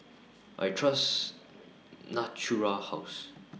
I Trust Natura House